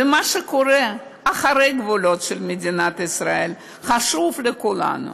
ומה שקורה אחרי הגבולות של מדינת ישראל חשוב לכולנו.